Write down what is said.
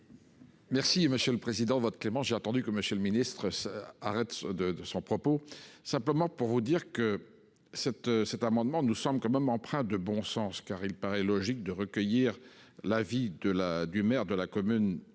Merci, monsieur le Président, votre Clément. J'ai entendu que Monsieur le Ministre s'arrête de de son propos. Simplement pour vous dire que cet cet amendement, nous sommes quand même empreint de bon sens car il paraît logique de recueillir l'avis de la du maire de la commune.